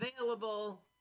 available